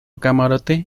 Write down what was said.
camarote